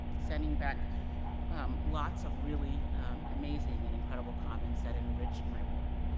sending back um lots of really amazing and incredible comments that enriched my work.